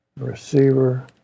receiver